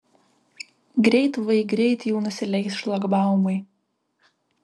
greit vai greit jau nusileis šlagbaumai